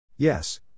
Yes